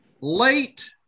Late